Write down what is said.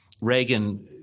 Reagan